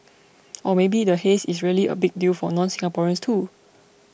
or maybe the haze is really a big deal for nonSingaporeans too